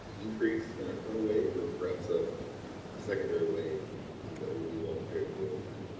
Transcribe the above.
increase and current wave or perhaps a secondary wave um that we'll be well prepared to deal with that?